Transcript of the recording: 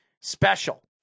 special